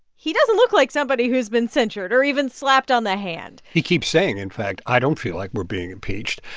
he doesn't look like somebody who's been censured or even slapped on the hand he keeps saying, in fact, i don't feel like we're being impeached.